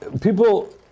people